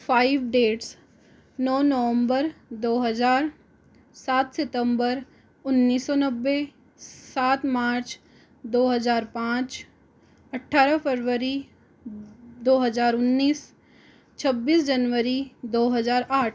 five dates नौ नवंबर दो हजार सात सितंबर उन्नीस सौ नब्बे सात मार्च दो हजार पाँच अठारह फरवरी दो हजार उन्नीस छब्बीस जनवरी दो हजार आठ